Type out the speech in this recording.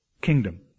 kingdom